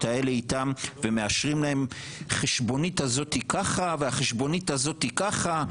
האלה איתם ומאשרים להם את החשבונית הזאת ככה ואת החשבונית הזאת ככה,